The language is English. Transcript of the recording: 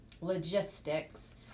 logistics